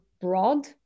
broad